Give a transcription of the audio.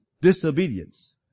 disobedience